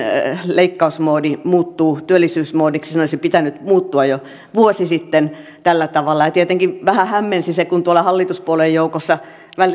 leikkausmoodi muuttuu työllisyysmoodiksi sen olisi pitänyt muuttua jo vuosi sitten tällä tavalla tietenkin vähän hämmensi se kun tuolla hallituspuolueiden joukossa